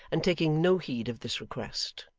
and taking no heed of this request,